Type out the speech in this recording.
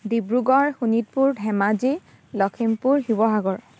Dibrugarh Sonitpur Dhemaji Lakhimpur Sivasagar